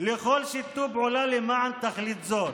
לכל שיתוף פעולה למען תכלית זאת,